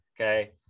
okay